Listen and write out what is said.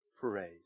Parade